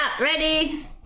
ready